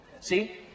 See